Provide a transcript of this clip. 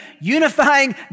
unifying